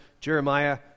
Jeremiah